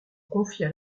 confia